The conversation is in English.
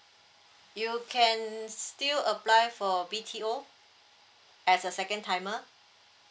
you can still apply for B_T_O as a second timer